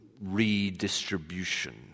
redistribution